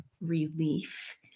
relief